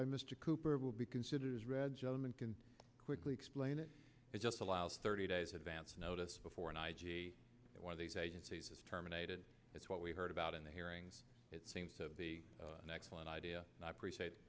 by mr cooper will be considered as red gentleman can quickly explain it it just allows thirty days advance notice before an i g one of these agencies is terminated that's what we heard about in the hearings it seems to be an excellent idea not appreciate